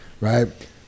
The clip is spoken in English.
right